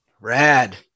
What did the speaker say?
rad